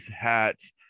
hats